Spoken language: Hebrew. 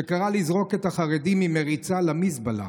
שקרא לזרוק את החרדים עם מריצה למזבלה.